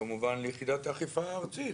כמובן ליחידת האכיפה הארצית,